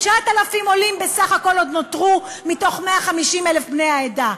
9,000 עולים בסך הכול עוד נותרו מתוך 150,000 בני העדה,